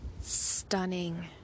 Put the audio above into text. stunning